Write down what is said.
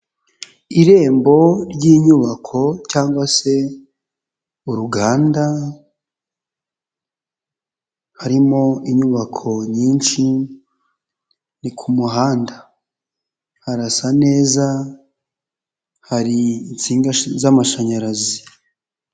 Irembo ry'inyubako cyangwa se uruganda harimo inyubako nyinshi ni ku muhanda, harasa neza hari insinga z'amashanyarazi.